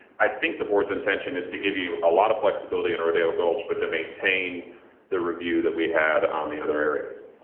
i think the board's intention is to give you a lot of flexibility in rodeo gulch, but to maintain the review that we had on the other areas.